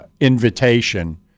invitation